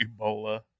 Ebola